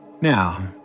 Now